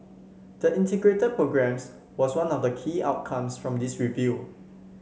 the Integrated Programs was one of the key outcomes from this review